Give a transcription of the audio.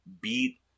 beat